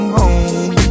home